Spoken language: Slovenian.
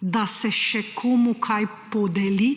»Da se še komu kaj podeli.«